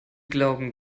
glauben